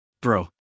Bro